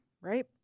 right